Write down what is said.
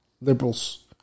Liberals